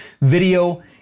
video